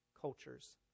cultures